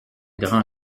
grand